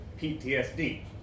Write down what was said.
PTSD